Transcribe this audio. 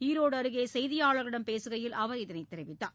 ஈரோடு அருகே செய்தியாளர்களிடம் பேசுகையில் அவர் இதனைத் தெரிவித்தார்